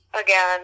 again